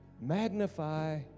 magnify